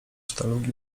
sztalugi